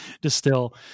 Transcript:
distill